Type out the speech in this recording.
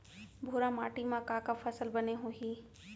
भूरा माटी मा का का फसल बने होही?